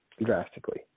drastically